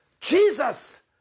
Jesus